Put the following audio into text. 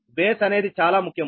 base అనేది చాలా ముఖ్యము